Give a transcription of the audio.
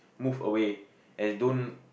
move away as don't